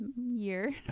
year